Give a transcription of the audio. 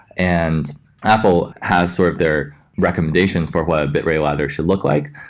and apple has sort of their recommendations for what bitrate ladder should look like,